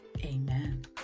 Amen